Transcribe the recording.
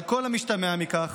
על כל המשתמע מכך,